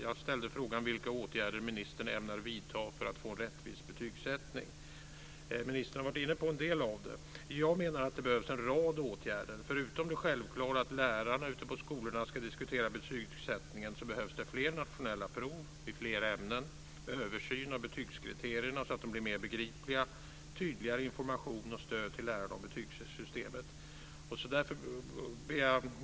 Jag ställe frågan vilka åtgärder ministern ämnar vidta för att få rättvis betygssättning. Ministern har varit inne på en del av detta. Jag menar att det behövs en rad åtgärder. Förutom det självklara att lärarna ute på skolorna ska diskutera betygssättningen behövs det fler nationella prov i fler ämnen, översyn av betygskriterierna så att de blir mer begripliga, tydligare information om betygssystemet och stöd till lärarna.